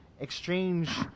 exchange